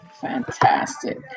fantastic